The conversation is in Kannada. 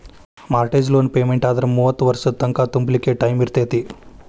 ಮಾರ್ಟೇಜ್ ಲೋನ್ ಪೆಮೆನ್ಟಾದ್ರ ಮೂವತ್ತ್ ವರ್ಷದ್ ತಂಕಾ ತುಂಬ್ಲಿಕ್ಕೆ ಟೈಮಿರ್ತೇತಿ